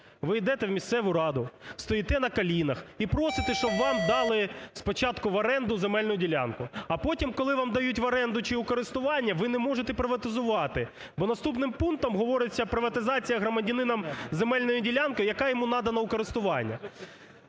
ви йдете у місцеву раду, стоїте на колінах і просите, щоб вам дали спочатку в оренду земельну ділянку. А потім, коли вам дають в оренду чи користування, ви не можете приватизувати, бо наступним пунктом говориться "приватизація громадянином земельної ділянки, яка йому надана у користування".